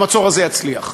המצור הזה יצליח.